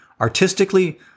Artistically